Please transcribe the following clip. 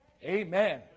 Amen